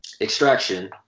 Extraction